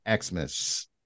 Xmas